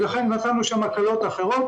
לכן נתנו שם הקלות אחרות.